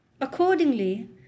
Accordingly